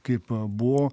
kaip buvo